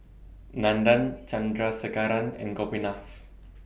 Nandan Chandrasekaran and Gopinath